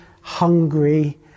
hungry